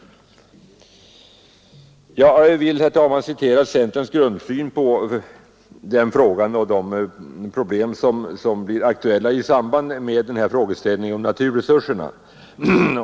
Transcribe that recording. Jag vill, herr talman, citera centerns grundsyn på de problem som blir aktuella i samband med frågan om naturresurserna.